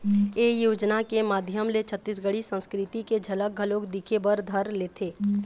ए योजना के माधियम ले छत्तीसगढ़ी संस्कृति के झलक घलोक दिखे बर धर लेथे